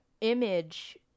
image